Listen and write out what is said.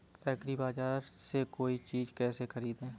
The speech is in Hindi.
एग्रीबाजार से कोई चीज केसे खरीदें?